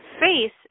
Face